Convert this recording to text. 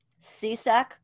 CSAC